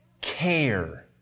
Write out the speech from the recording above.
care